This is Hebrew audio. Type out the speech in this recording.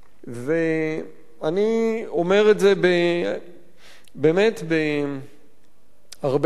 אני אומר את זה באמת בהרבה התפעלות.